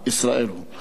ישראל הוא.